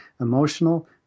emotional